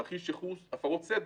תרחיש ייחוס הפרות סדר,